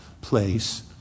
place